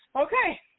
Okay